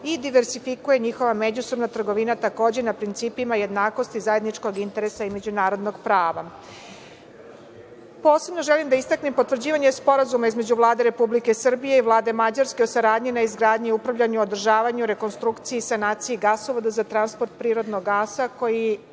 i diverzifikuje njihova međusobna trgovina takođe na principima jednakosti, zajedničkog interesa i međunarodnog prava. Posebno želim da istaknem potvrđivanje Sporazuma između Vlade Republike Srbije i Vlade Mađarske o saradnji na izgradnji i upravljanju, održavanju, rekonstrukciji i sanaciji gasovoda za transport prirodnog gasa